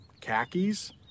khakis